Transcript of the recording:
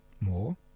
more